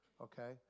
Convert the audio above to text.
okay